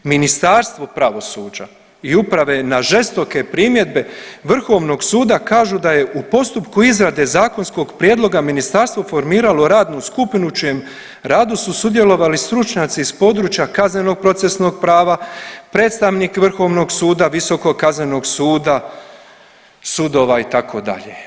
Ministarstvo pravosuđe i uprave na žestoke primjedbe Vrhovnog suda kažu da je u postupku izrade zakonskog prijedloga ministarstvo formiralo radnu skupinu u čijem radu su sudjelovali stručnjaci ih područja kazneno procesnog prava, predstavnik Vrhovnog suda, Visokog kaznenog suda, sudova itd.